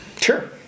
Sure